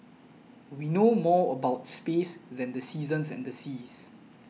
we know more about space than the seasons and seas